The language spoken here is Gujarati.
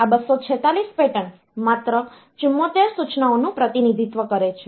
આ 246 પેટર્ન માત્ર 74 સૂચનાઓનું પ્રતિનિધિત્વ કરે છે